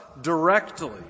directly